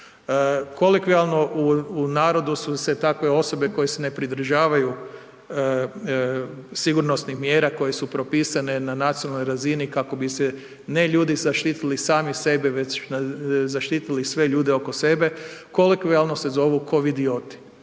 u narodu su se takve osobe koje se ne pridržavaju sigurnosnih mjera koje su propisane na nacionalnoj razini kako bi se ne ljudi zaštitili sami sebe već zaštitili sve ljude oko sebe, kolokvijalno se zovu kovidioti.